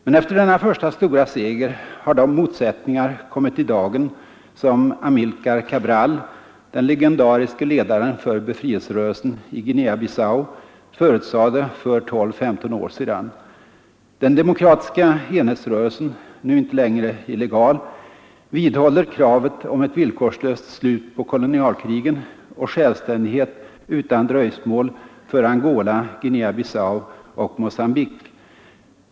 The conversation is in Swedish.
Men efter denna första stora seger har de motsättningar kommit i dagen som Amilcar Cabral, den legendariske ledaren för befrielserörelsen i Guinea-Bissau, förutsade för 13 år sedan. Den demokratiska enhetsrörelsen, nu inte längre illegal, vidhåller kravet om ett villkorslöst slut på kolonialkrigen och självständighet utan dröjsmål för Angola, Guinea Bissau och Mogambique.